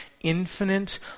infinite